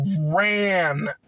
ran